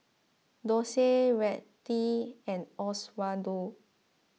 Dorsey Rettie and Oswaldo